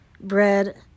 Bread